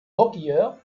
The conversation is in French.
hockeyeur